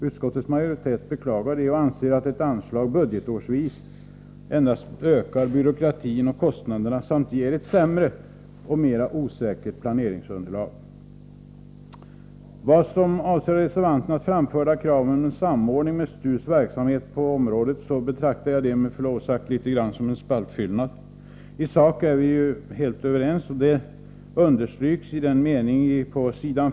Utskottets majoritet beklagar detta och anser att ett anslag budgetårsvis endast ökar byråkratin och kostnaderna samt ger ett sämre och mera osäkert planeringsunderlag. Vad avser det av reservanterna framförda kravet på en samordning med STU:s verksamhet på området, betraktar jag, med förlov sagt, detta som ren spaltfyllnad. I sak är vi nämligen helt ense och denna enighet understrykes i de rader på s.